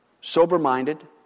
sober-minded